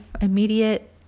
immediate